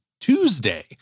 Tuesday